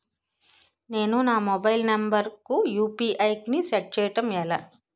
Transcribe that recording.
నేను నా mobile number కుయు.పి.ఐ ను సెట్ చేయడం ఎలా?